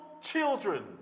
children